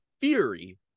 Fury